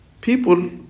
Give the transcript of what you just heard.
people